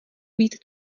být